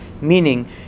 meaning